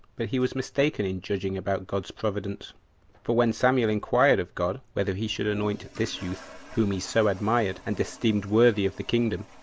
but he was mistaken in judging about god's providence for when samuel inquired of god whether he should anoint this youth, whom he so admired, and esteemed worthy of the kingdom,